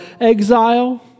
exile